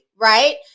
Right